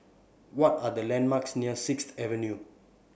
What Are The landmarks near Sixth Avenue